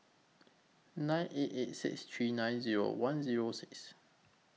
nine eight eight six three nine Zero one Zero six